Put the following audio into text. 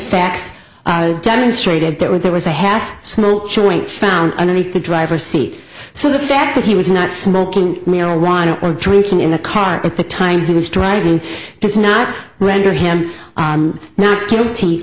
facts demonstrated there were there was a half smoked joint found underneath the driver seat so the fact that he was not smoking marijuana or drinking in a car at the time he was driving does not render him not guilty